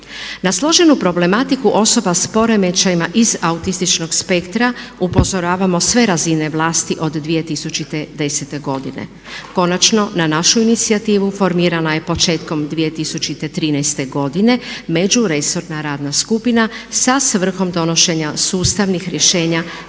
Na složenu problematiku osoba s poremećajima iz autističnog spektra upozoravamo sve razine vlasti od 2010. godine. Konačno na našu inicijativu formirala je početkom 2013. godine Međuresorna radna skupina sa svrhom donošenja sustavnih rješenja